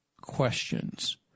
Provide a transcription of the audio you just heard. questions